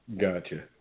Gotcha